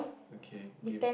okay di~